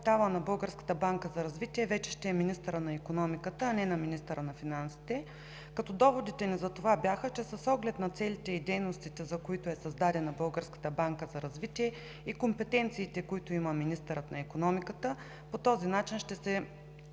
на капитала на Българската банка за развитие вече ще е министърът на икономиката, а не министърът на финансите. Доводите ни за това бяха, че с оглед на целите и дейностите, за които е създадена Българската банка за развитие и компетенциите, които има министърът на икономиката, по този начин ще се